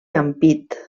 ampit